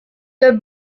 the